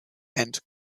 and